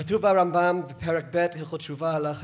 כתוב ברמב"ם, הלכות תשובה, פרק ב', הלכה י':